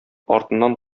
артыннан